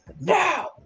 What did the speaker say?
now